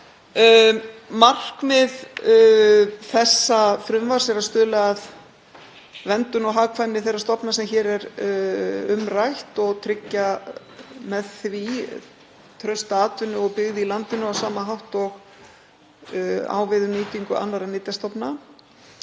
Markmið frumvarpsins er að stuðla að verndun og hagkvæmni þeirra stofna sem hér er rætt um og tryggja með því trausta atvinnu og byggð í landinu á sama hátt og á við um nýtingu annarra nytjastofna.